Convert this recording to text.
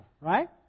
right